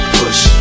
push